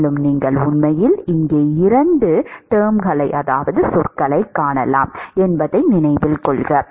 மேலும் நீங்கள் உண்மையில் இங்கே இரண்டு சொற்களைக் காணலாம் என்பதை நினைவில் கொள்க